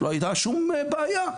לא הייתה שום בעיה.